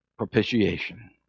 Propitiation